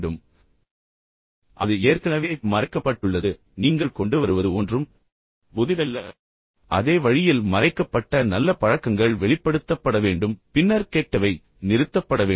எனவே நீங்கள் அதை வெளிப்படுத்துகிறீர்கள் அது ஏற்கனவே மறைக்கப்பட்டுள்ளது நீங்கள் கொண்டு வருவது ஒன்றும் புதிதல்ல அதே வழியில் மறைக்கப்பட்ட நல்ல பழக்கங்கள் வெளிப்படுத்தப்பட வேண்டும் பின்னர் கெட்டவை நிறுத்தப்பட வேண்டும்